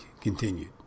continued